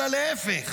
אלא להפך,